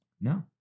No